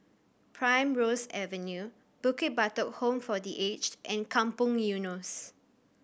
Primrose Avenue Bukit Batok Home for The Aged and Kampong Eunos